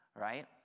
right